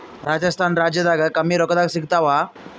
ರಾಜಸ್ಥಾನ ರಾಜ್ಯದಾಗ ಕಮ್ಮಿ ರೊಕ್ಕದಾಗ ಸಿಗತ್ತಾವಾ?